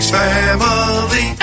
family